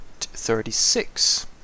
36